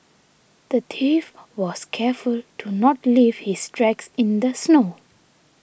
the thief was careful to not leave his tracks in the snow